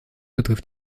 betrifft